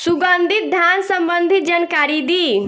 सुगंधित धान संबंधित जानकारी दी?